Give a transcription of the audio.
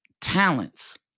talents